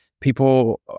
people